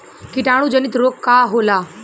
कीटाणु जनित रोग का होला?